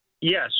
Yes